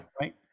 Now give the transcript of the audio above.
Right